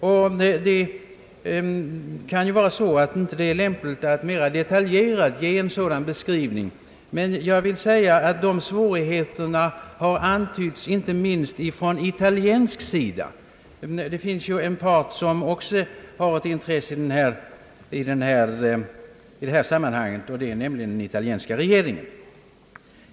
Det kan ju vara så att det inte är lämpligt att mera detaljerat ge en sådan beskrivning. Jag vill dock säga att svårigheterna har antytts inte minst från italiensk sida. Det finns en tredje part som också har intresse i detta sammanhang, och det är italienska regeringen.